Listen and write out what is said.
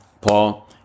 Paul